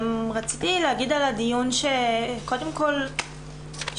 רציתי להגיד על הדיון שקודם כל שוב,